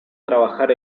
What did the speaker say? trabajar